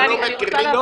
לא.